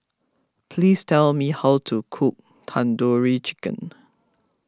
please tell me how to cook Tandoori Chicken